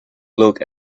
look